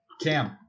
Cam